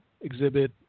exhibit